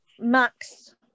Max